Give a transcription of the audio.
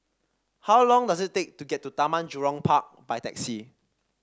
how long does it take to get to Taman Jurong Park by taxi